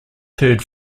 third